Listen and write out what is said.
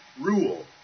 rule